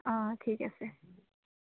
অঁ ঠিক আছে